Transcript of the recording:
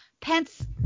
Pence